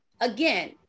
again